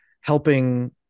helping